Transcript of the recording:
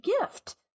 gift